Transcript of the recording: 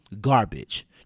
garbage